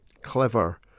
clever